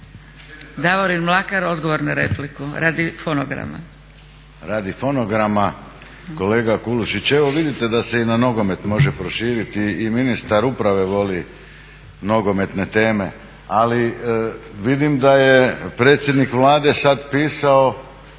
Davorin Mlakar, odgovor na repliku, radi fonograma. **Mlakar, Davorin (HDZ)** Radi fonograma, kolega Kulušić evo vidite da se i na nogomet može proširiti i ministar uprave voli nogometne teme. Ali vidim da je predsjednik Vlade sad pisao